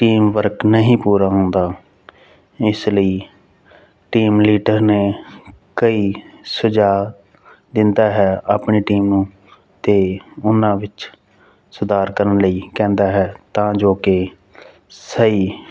teamwork ਨਹੀਂ ਪੂਰਾ ਹੁੰਦਾ ਇਸ ਲਈ ਟੀਮ ਲੀਡਰ ਨੇ ਕਈ ਸੁਝਾਅ ਦਿੰਦਾ ਹੈ ਆਪਣੀ ਟੀਮ ਨੂੰ ਅਤੇ ਉਹਨਾਂ ਵਿੱਚ ਸੁਧਾਰ ਕਰਨ ਲਈ ਕਹਿੰਦਾ ਹੈ ਤਾਂ ਜੋ ਕਿ ਸਹੀ